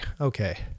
okay